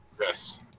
Yes